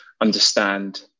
understand